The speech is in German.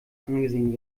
angesehen